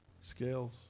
scales